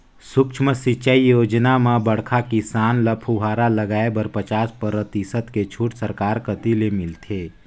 सुक्ष्म सिंचई योजना म बड़खा किसान ल फुहरा लगाए बर पचास परतिसत के छूट सरकार कति ले मिलथे